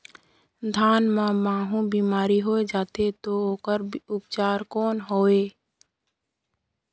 धान मां महू बीमारी होय जाथे तो ओकर उपचार कौन हवे?